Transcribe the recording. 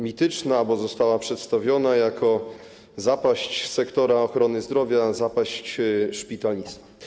Mityczną, bo została przedstawiona jako zapaść sektora ochrony zdrowia, zapaść szpitali.